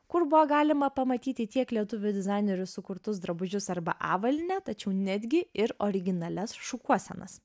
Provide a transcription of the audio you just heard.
kur buvo galima pamatyti tiek lietuvių dizainerių sukurtus drabužius arba avalynę tačiau netgi ir originalias šukuosenas